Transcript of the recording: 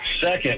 Second